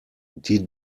die